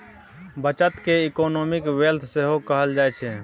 बचत केँ economic wealth सेहो कहल जाइ छै